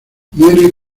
muere